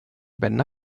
bände